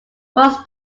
cross